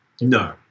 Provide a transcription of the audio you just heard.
No